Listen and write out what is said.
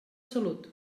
salut